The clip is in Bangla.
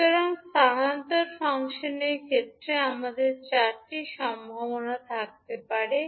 সুতরাং স্থানান্তর ফাংশনের ক্ষেত্রে আমাদের চারটি সম্ভাবনা থাকতে পারে